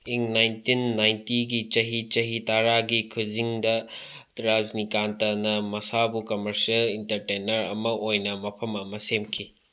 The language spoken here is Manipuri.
ꯏꯪ ꯅꯥꯏꯟꯇꯤꯟ ꯅꯥꯏꯟꯇꯤꯒꯤ ꯆꯍꯤ ꯆꯍꯤ ꯇꯔꯥꯒꯤ ꯈꯨꯖꯤꯡꯗ ꯇ꯭ꯔꯥꯖꯤꯅꯤꯀꯥꯟꯇꯅ ꯃꯁꯥꯕꯨ ꯀꯃꯔꯁꯤꯌꯦꯜ ꯏꯟꯇꯔꯇ꯭ꯔꯦꯅꯔ ꯑꯃ ꯑꯣꯏꯅ ꯃꯐꯝ ꯑꯃ ꯁꯦꯝꯈꯤ